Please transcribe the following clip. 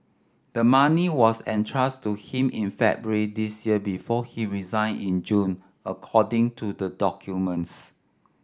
the money was entrusted to him in February this year before he resigned in June according to the documents